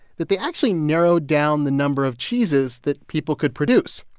that they actually narrowed down the number of cheeses that people could produce.